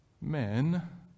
men